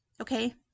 okay